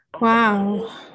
Wow